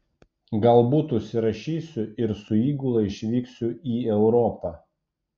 galbūt užsirašysiu ir su įgula išvyksiu į europą